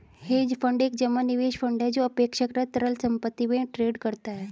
hedge fund एक जमा निवेश फंड है जो अपेक्षाकृत तरल संपत्ति में ट्रेड करता है